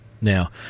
now